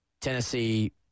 Tennessee